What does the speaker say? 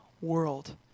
world